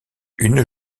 une